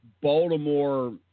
Baltimore